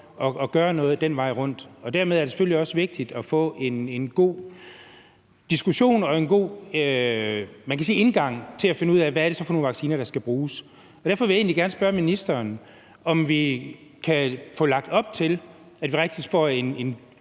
at gøre noget den vej rundt. Dermed er det selvfølgelig også vigtigt at få en god diskussion og en god indgang til at finde ud af, hvad det så er for nogle vacciner, der skal bruges. Derfor vil jeg egentlig gerne spørge ministeren, om vi kan få lagt op til, at vi rent faktisk får en